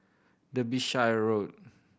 Derbyshire Road